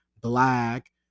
black